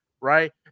right